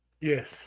Yes